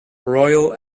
royal